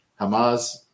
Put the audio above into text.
Hamas